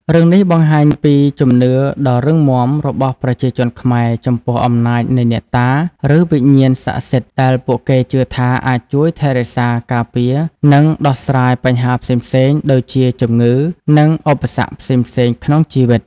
រឿងនេះបង្ហាញពីជំនឿដ៏រឹងមាំរបស់ប្រជាជនខ្មែរចំពោះអំណាចនៃអ្នកតា ឬវិញ្ញាណស័ក្តិសិទ្ធិ ដែលពួកគេជឿថាអាចជួយថែរក្សា ការពារ និងដោះស្រាយបញ្ហាផ្សេងៗ ដូចជាជំងឺ និងឧបសគ្គផ្សេងៗក្នុងជីវិត ។